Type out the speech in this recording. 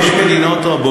שיש מדינות רבות,